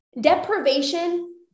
deprivation